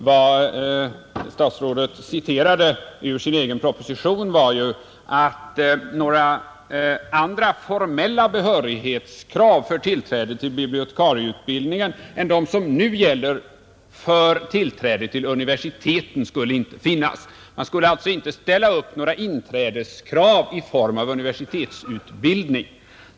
Vad statsrådet citerade ur sin egen proposition var att några andra formella behörighetskrav för tillträdet till bibliotekarieutbildningen än de som nu gäller för tillträde till universitet inte skulle finnas. Man skulle alltså inte ställa upp några inträdeskrav i form av universitetsutbildning.